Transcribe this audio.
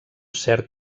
cert